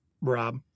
Rob